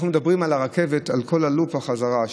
אנחנו מדברים על הרכבת, על כל לופ החזרה.